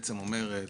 ההצעה אומרת